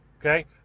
okay